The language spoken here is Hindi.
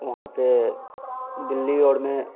वहाँ पर दिल्ली और में